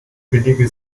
billige